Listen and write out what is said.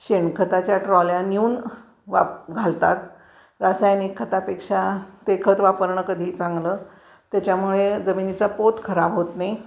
शेणखताच्या ट्रॉल्या नेऊन वाप घालतात रासायनिक खतापेक्षा ते खत वापरणं कधीही चांगलं त्याच्यामुळे जमिनीचा पोत खराब होत नाही